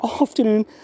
afternoon